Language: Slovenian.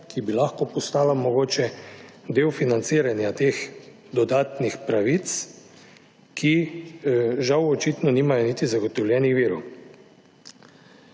ki bi lahko postala mogoče del financiranja teh dodatnih pravic, ki žal očitno nimajo niti zagotovljenih virov.